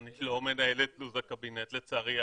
אני לא מנהל את לו"ז הקבינט לצערי.